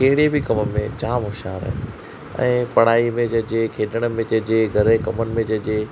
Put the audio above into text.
बि कम में जाम जाम होश्यारु आहिनि ऐं पढ़ाई में चइजे खेॾण में चइजे घर जे कमनि में चइजे